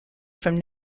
from